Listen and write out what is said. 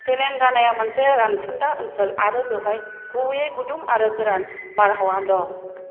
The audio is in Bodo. तेलेंगानाया मोनसे रानफुनदा ओनसोल आरो बेवहाय गुबैयै गुदुं आरो गोरान बारहावा दं